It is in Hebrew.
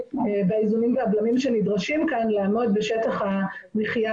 באיזונים והבלמים שנדרשים כאן לעמוד בשטח המחיה